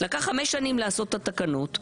ולקח חמש שנים להתקין את התקנות.